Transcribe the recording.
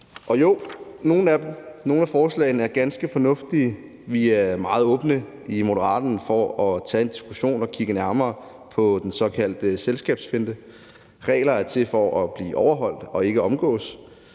Og jo, nogle af forslagene er ganske fornuftige. Vi er i Moderaterne meget åbne for at tage en diskussion og kigge nærmere på den såkaldte selskabsfinte. Regler er til for at blive overholdt og ikke omgået.